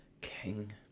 King